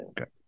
okay